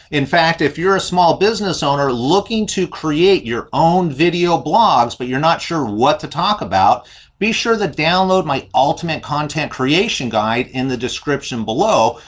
in fact if you're a small business owner looking to create your own video blogs but you're not sure what to talk about. be sure to download my ultimate content creation guide in the description below,